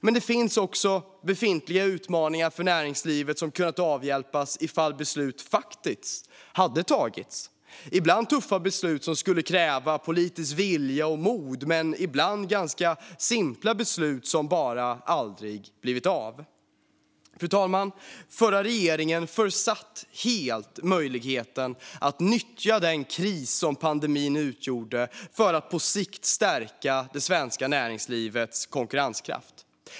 Men det finns också utmaningar för näringslivet som hade kunnat avhjälpas om beslut tagits. Ibland skulle det ha handlat om tuffa beslut som skulle ha krävt politisk vilja och mod, men ibland ganska simpla beslut som bara aldrig blivit av. Fru talman! Förra regeringen försatt helt möjligheten att nyttja den kris som pandemin utgjorde för att på sikt stärka det svenska näringslivets konkurrenskraft.